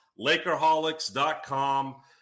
Lakerholics.com